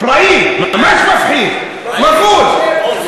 פראי, ממש מפחיד, "ע'ול".